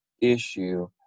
issue